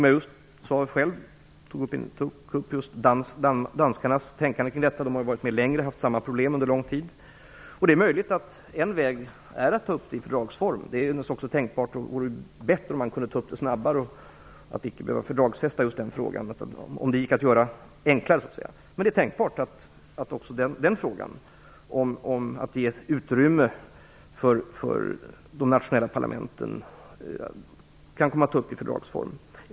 Jag har just tagit upp danskarnas tankar kring detta. De har varit med längre än vi i Sverige och har haft problemet under lång tid. Det är möjligt att en väg är att ta upp frågan i fördragsform. Det hade naturligtvis varit bättre om man hade kunnat ta upp just denna fråga på ett snabbare och enklare sätt utan att behöva fördragsfästa den. Men det är tänkbart att också den här frågan - att ge utrymme för de nationella parlamenten - kan komma att tas upp i fördragsform.